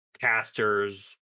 casters